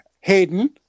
Hayden